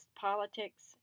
politics